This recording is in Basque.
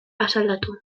asaldatu